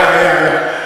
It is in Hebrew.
היה, היה, היה.